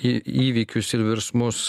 į įvykius ir virsmus